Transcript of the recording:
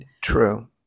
True